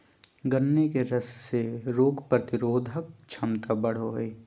गन्ने के रस से रोग प्रतिरोधक क्षमता बढ़ो हइ